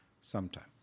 sometime